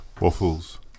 Waffles